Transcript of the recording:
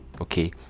okay